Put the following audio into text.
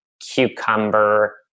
cucumber